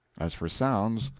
as for sounds,